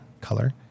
color